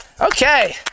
Okay